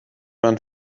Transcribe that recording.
man